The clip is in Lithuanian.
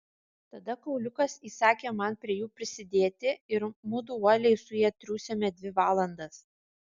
tada kauliukas įsakė man prie jų prisidėti ir mudu uoliai su ja triūsėme dvi valandas